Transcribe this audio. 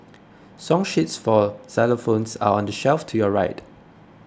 song sheets for xylophones are on the shelf to your right